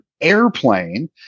airplane